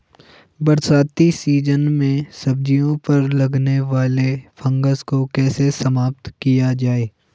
बरसाती सीजन में सब्जियों पर लगने वाले फंगस को कैसे समाप्त किया जाए?